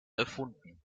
erfunden